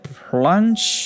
plunge